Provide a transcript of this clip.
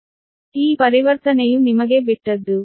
ಆದ್ದರಿಂದ ಈ ಪರಿವರ್ತನೆಯು ನಿಮಗೆ ಬಿಟ್ಟದ್ದು